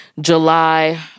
July